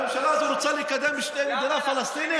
הממשלה הזאת רוצה לקדם שתהיה מדינה פלסטינית,